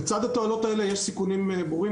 לצד התועלות הללו יש סיכונים ברורים,